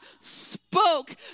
spoke